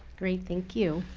great. thank you.